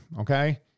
Okay